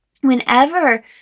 Whenever